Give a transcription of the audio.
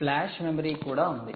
flash memory కూడా ఉంది